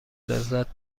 لذت